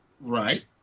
Right